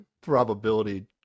probability